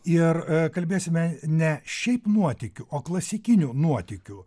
ir kalbėsime ne šiaip nuotykių o klasikinių nuotykių